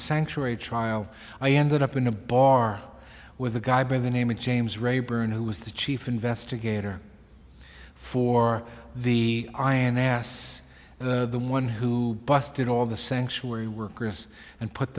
sanctuary trial i ended up in a bar with a guy by the name of james rayburn who was the chief investigator for the ins the one who busted all the sanctuary workers and put